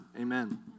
Amen